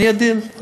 אני אגדיל.